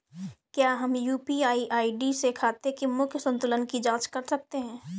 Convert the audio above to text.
क्या हम UPI ID से खाते के मूख्य संतुलन की जाँच कर सकते हैं?